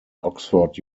oxford